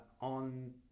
On